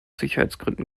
sicherheitsgründen